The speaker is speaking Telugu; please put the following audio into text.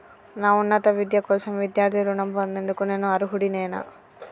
నా ఉన్నత విద్య కోసం విద్యార్థి రుణం పొందేందుకు నేను అర్హుడినేనా?